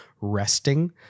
resting